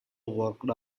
worked